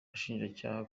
bashinjacyaha